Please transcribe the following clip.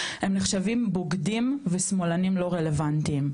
הם נחשבים בוגדים ושמאלנים לא רלוונטיים,